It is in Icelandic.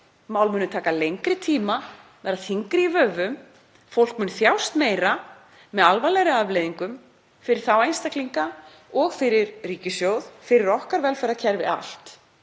Mál munu taka lengri tíma, verða þyngri í vöfum, fólk muni þjást meira með alvarlegri afleiðingum fyrir þá einstaklinga og fyrir ríkissjóð, fyrir velferðarkerfið